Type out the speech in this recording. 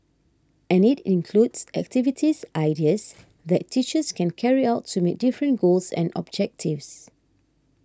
and it includes activities ideas that teachers can carry out to meet different goals and objectives